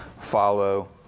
Follow